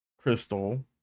Crystal